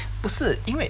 不是因为